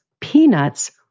peanuts